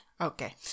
Okay